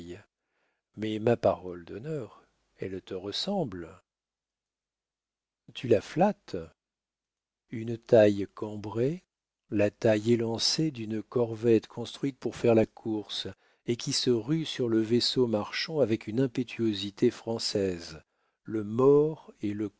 mais ma parole d'honneur elle te ressemble tu la flattes une taille cambrée la taille élancée d'une corvette construite pour faire la course et qui se rue sur le vaisseau marchand avec une impétuosité française le mord et le